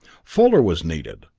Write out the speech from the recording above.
fuller was needed,